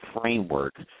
framework